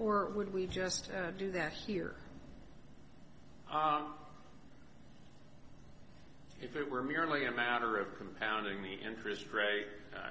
or would we just do that here if it were merely a matter of compounding the interest rate